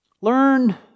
learn